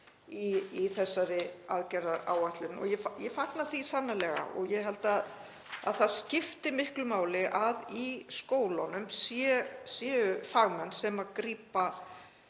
í þessari aðgerðaáætlun. Ég fagna því sannarlega og ég held að það skipti miklu máli að í skólunum séu fagmenn sem unga